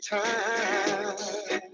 time